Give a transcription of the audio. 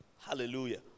Hallelujah